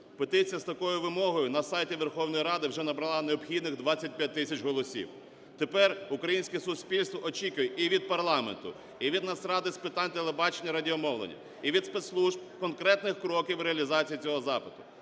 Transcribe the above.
Петиція з такою вимогою на сайті Верховної Ради вже набрала необхідних 25 тисяч голосів. Тепер українське суспільство очікує і від парламенту, і від Нацради з питань телебачення і радіомовлення, і від спецслужб конкретних кроків реалізації цього запиту.